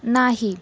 नाही